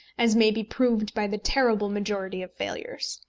as may be proved by the terrible majority of failures.